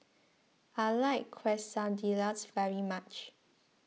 I like Quesadillas very much